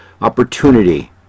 opportunity